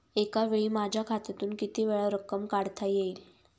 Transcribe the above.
एकावेळी माझ्या खात्यातून कितीवेळा रक्कम काढता येईल?